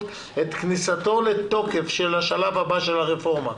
את כניסתו לתוקף של השלב הבא של הרפורמה.